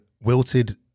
wilted